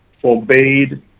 forbade